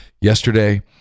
yesterday